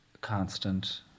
constant